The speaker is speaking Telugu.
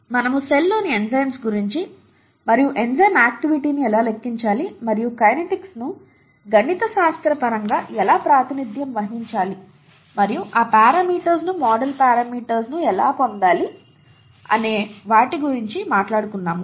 మనము సెల్ లోని ఎంజైమ్ల గురించి మరియు ఎంజైమ్ ఆక్టివిటీ ను ఎలా లెక్కించాలి మరియు కైనెటిక్స్ ని గణితశాస్త్రపరంగా ఎలా ప్రాతినిధ్యం వహించాలి మరియు ఆ పారామీటర్స్ ను మోడల్ పారామీటర్స్ ఎలా పొందాలి అనే వాటి గురించి మాట్లాడుకున్నాము